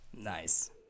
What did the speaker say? Nice